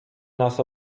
nas